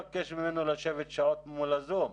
לשבת שעות מול הזום.